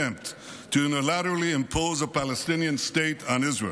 to unilaterally impose a Palestinians state on Israel.